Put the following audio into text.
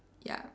ya